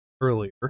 earlier